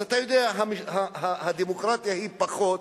אז אתה יודע שהדמוקרטיה היא פחות,